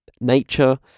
nature